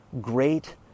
great